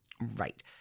Right